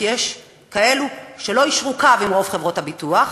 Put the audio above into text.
כי יש כאלה שלא יישרו קו עם רוב חברות הביטוח.